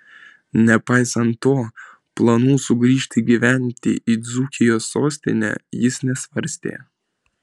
nepaisant to planų sugrįžti gyventi į dzūkijos sostinę jis nesvarstė